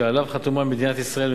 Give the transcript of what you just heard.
שעליו חתומה מדינת ישראל.